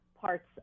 parts